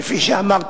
כפי שאמרתי,